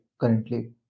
currently